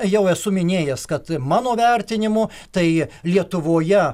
jau esu minėjęs kad mano vertinimu tai lietuvoje